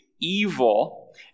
evil